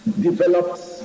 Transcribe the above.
developed